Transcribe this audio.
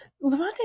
Levante